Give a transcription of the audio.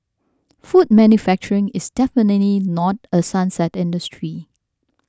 food manufacturing is definitely not a sunset industry